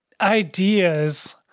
ideas